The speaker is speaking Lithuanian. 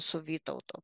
su vytautu